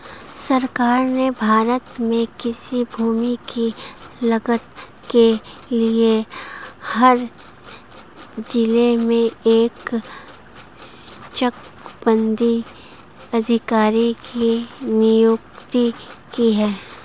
सरकार ने भारत में कृषि भूमि की लागत के लिए हर जिले में एक चकबंदी अधिकारी की नियुक्ति की है